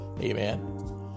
amen